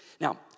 Now